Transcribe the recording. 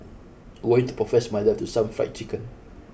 going to profess my love to some fried chicken